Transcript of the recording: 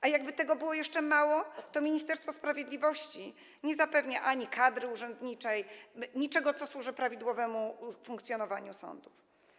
A jakby tego było jeszcze mało, to Ministerstwo Sprawiedliwości nie zapewnia kadry urzędniczej ani niczego, co służy prawidłowemu funkcjonowaniu sądów.